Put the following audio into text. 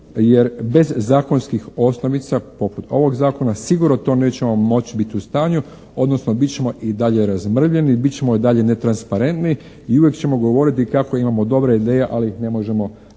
Jer bez zakonskih osnovica poput ovog zakona sigurno to nećemo moći biti u stanju, odnosno bit ćemo i dalje razmrvljeni, bit ćemo i dalje netransparentni i uvijek ćemo govoriti kako imamo dobre ideje, ali ih ne možemo